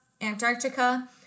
Antarctica